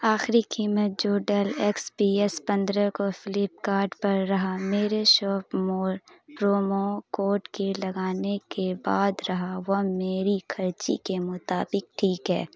آخری قیمت جو ڈیل ایکس پی ایس پندرہ کو فلپکارٹ پر رہا میرے شاپ مور پرومو کوڈ کے لگانے کے بعد رہا وہ میری خرچی کے مطابق ٹھیک ہے